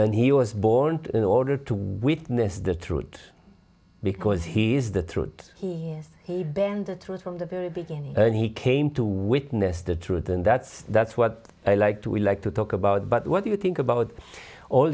and he was born in order to witness the throat because he is the true he is he bend the truth from the very beginning and he came to witness the truth and that's that's what i like to we like to talk about but what do you think about all